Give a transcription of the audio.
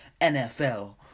NFL